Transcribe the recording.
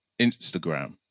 Instagram